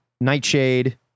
nightshade